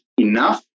enough